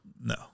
No